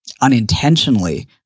unintentionally